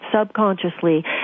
subconsciously